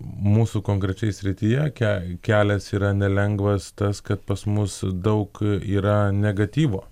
mūsų konkrečiai srityje ke kelias yra nelengvas tas kad pas mus daug yra negatyvo